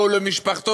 לו ולמשפחתו,